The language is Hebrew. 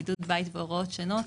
בידוד בית והוראות שונות,